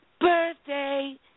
birthday